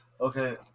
Okay